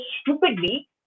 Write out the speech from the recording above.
stupidly